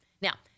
Now